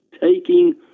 taking